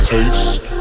Taste